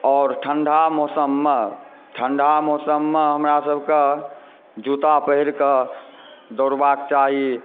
आओर ठण्डा मौसममे ठण्डा मौसममे हमरा सबके जूता पहिरकऽ दौड़बाक चाही